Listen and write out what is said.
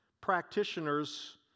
practitioners